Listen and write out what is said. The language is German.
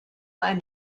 ein